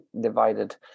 divided